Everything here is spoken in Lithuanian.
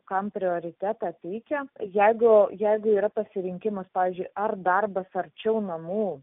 kam prioritetą teikia jeigu jeigu yra pasirinkimas pavyzdžiui ar darbas arčiau namų